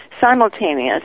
simultaneous